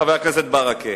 חבר הכנסת ברכה,